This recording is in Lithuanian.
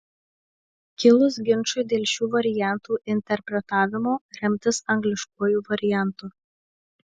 kilus ginčui dėl šių variantų interpretavimo remtis angliškuoju variantu